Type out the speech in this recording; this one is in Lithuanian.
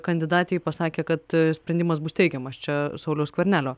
kandidatei pasakė kad sprendimas bus teigiamas čia sauliaus skvernelio